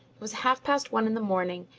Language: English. was half-past one in the morning,